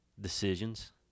decisions